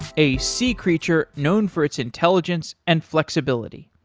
a sea creature known for its intelligence and flexibility.